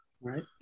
Right